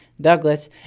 Douglas